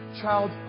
Child